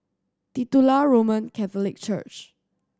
Titular Roman Catholic Church